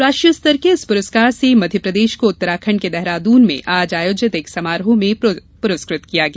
राष्ट्रीय स्तर के इस पुरस्कार से मध्यप्रदेश को उत्तराखंड के देहरादून में आज आयोजित एक समारोह में पुरस्कृत किया गया